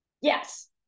yes